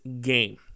game